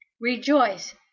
Rejoice